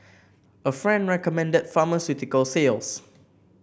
a friend recommended pharmaceutical sales